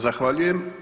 Zahvaljujem.